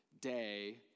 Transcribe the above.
day